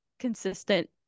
consistent